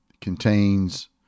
contains